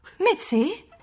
Mitzi